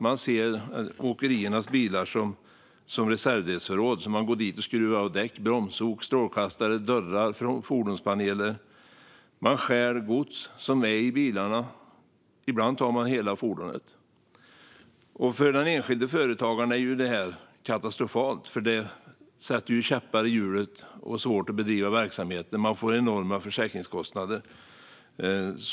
Man ser åkeriernas bilar som reservdelsförråd och går dit och skruvar av däck, bromsok, strålkastare, dörrar och fordonspaneler. Man stjäl också gods från bilarna. Ibland tar man hela fordonet. För den enskilde företagaren är det här katastrofalt. Det sätter käppar i hjulet och gör det svårt att bedriva verksamheten. Det leder också till enorma försäkringskostnader.